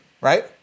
right